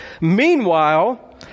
Meanwhile